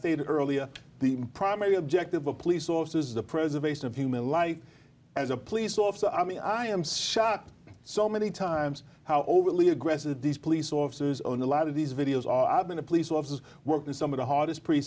stated earlier the primary objective of police officers the preservation of human life as a police officer i mean i am sorry so many times how overly aggressive these police officers on a lot of these videos are i've been a police officer worked in some of the hardest pr